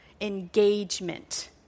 engagement